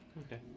okay